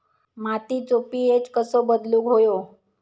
मातीचो पी.एच कसो बदलुक होयो?